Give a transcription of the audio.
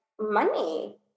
money